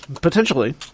potentially